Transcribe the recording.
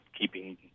keeping